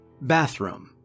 Bathroom